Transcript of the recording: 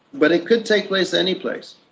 but it could take place anyplace.